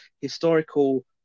historical